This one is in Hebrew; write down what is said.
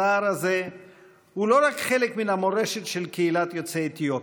הצער הזה הוא לא רק חלק מן המורשת של קהילת יוצאי אתיופיה,